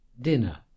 Dinner